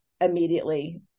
immediately